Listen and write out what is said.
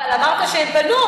אבל אמרת שהם פנו,